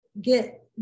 get